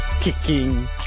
kicking